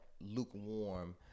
lukewarm